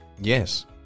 Yes